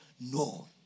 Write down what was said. No